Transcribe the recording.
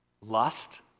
Lust